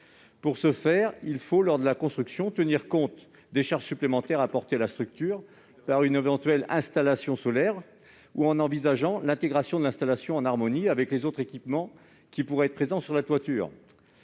Pour ce faire, il faut, lors de la construction, tenir compte des charges supplémentaires apportées à la structure par une éventuelle installation solaire. On pourra également envisager l'intégration de l'installation en harmonie avec les autres équipements présents sur la toiture.